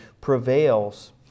prevails